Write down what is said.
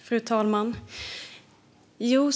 Fru talman!